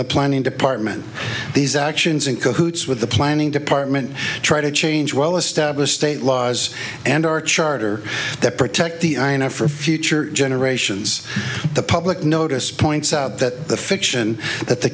the planning department these actions in cahoots with the planning department try to change well established state laws and our charter protect the i n f for future generations the public notice points out that the fiction that the